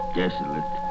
desolate